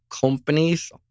companies